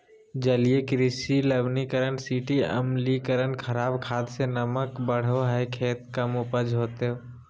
जलीय कृषि लवणीकरण मिटी अम्लीकरण खराब खाद से नमक बढ़े हइ खेत कम उपज होतो